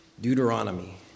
Deuteronomy